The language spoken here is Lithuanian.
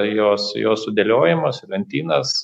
jos jos sudėliojamos į lentynas